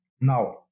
Now